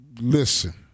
Listen